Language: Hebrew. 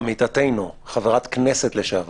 עמיתתנו חברת כנסת לשעבר,